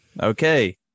Okay